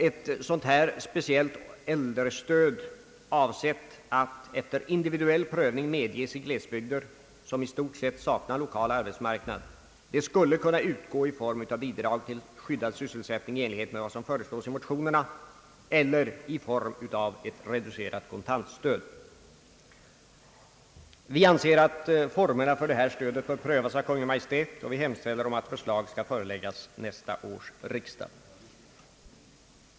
Ett sådant här speciellt stöd, avsett att efter individuell prövning medges i glesbygder som i stort sett saknar lokal arbetsmarknkad, skulle kunna utgå i form av bidrag till skyddad sysselsättning i enlighet med vad som föreslås i motionerna eller i form av reducerat kontantstöd. Vi anser att formerna för deita bör prövas av Kungl. Maj:t, och vi hemställer att förslag i frågan skall underställas nästa års riksdag.